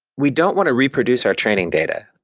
we don't want to reproduce our training data,